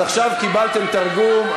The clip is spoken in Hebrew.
אז עכשיו קיבלתם תרגום.